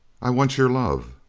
i want your love.